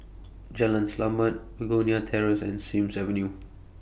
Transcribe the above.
Jalan Selamat Begonia Terrace and Sims Avenue